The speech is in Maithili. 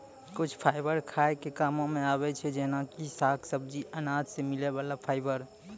कुछ फाइबर खाय के कामों मॅ आबै छै जेना कि साग, सब्जी, अनाज सॅ मिलै वाला फाइबर